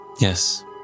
Yes